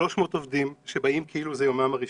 300 עובדים שבאים כאילו זה יומם הראשון.